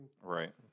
Right